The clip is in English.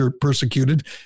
persecuted